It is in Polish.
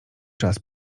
czas